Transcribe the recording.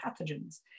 pathogens